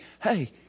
Hey